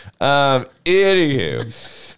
anywho